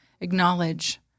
Acknowledge